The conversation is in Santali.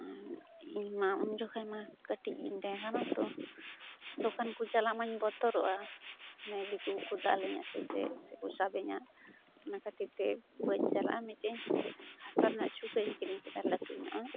ᱤᱧ ᱢᱟ ᱩᱱ ᱡᱚᱠᱷᱮᱱ ᱢᱟ ᱠᱟᱹᱴᱤᱡ ᱜᱮᱧ ᱛᱮᱦᱮᱸᱠᱟᱱᱟ ᱛᱳ ᱫᱳᱠᱟᱱᱠᱚ ᱪᱟᱞᱟᱜ ᱢᱟᱧ ᱵᱚᱛᱚᱨᱚᱜᱼᱟ ᱫᱤᱠᱩᱠᱚ ᱠᱚ ᱫᱟᱞᱮᱧᱟ ᱥᱮ ᱪᱮᱫ ᱥᱮᱠᱚ ᱥᱟᱵᱮᱧᱟ ᱚᱱᱟ ᱠᱷᱟᱹᱛᱤᱨᱛᱮ ᱵᱟᱹᱧ ᱪᱟᱞᱟᱜᱼᱟ ᱢᱤᱫᱴᱮᱱ ᱦᱟᱥᱟ ᱨᱮᱱᱟᱜ ᱪᱩᱠᱟᱹᱜᱤᱧ ᱠᱤᱨᱤᱧ ᱠᱮᱫᱟ ᱞᱟᱹᱴᱩᱧᱚᱜᱼᱟᱜ